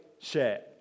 share